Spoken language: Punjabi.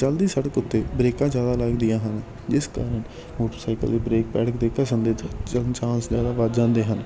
ਚਲਦੀ ਸੜਕ ਉਤੇ ਬਰੇਕਾਂ ਜ਼ਿਆਦਾ ਲੱਗਦੀਆਂ ਹਨ ਜਿਸ ਕਾਰਨ ਮੋਟਰਸਾਈਕਲ ਦੇ ਬਰੇਕ ਪੈਡਕ ਦੇ ਘਸਣ ਦੇ ਚਾਂਸ ਜ਼ਿਆਦਾ ਵੱਧ ਜਾਂਦੇ ਹਨ